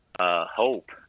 Hope